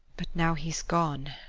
but now he's gone,